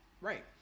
right